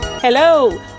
Hello